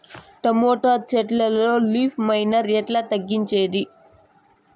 Tomato చెట్లల్లో leaf miner ఎట్లా తగ్గించేది?